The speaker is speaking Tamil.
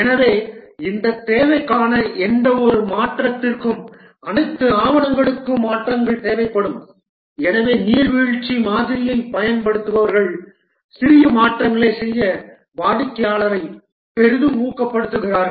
எனவே இந்தத் தேவைக்கான எந்தவொரு மாற்றத்திற்கும் அனைத்து ஆவணங்களுக்கும் மாற்றங்கள் தேவைப்படும் எனவே நீர்வீழ்ச்சி மாதிரியைப் பயன்படுத்துபவர்கள் சிறிய மாற்றங்களைச் செய்ய வாடிக்கையாளரை பெரிதும் ஊக்கப்படுத்துகிறார்கள்